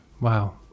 Wow